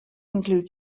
include